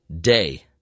day